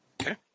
Okay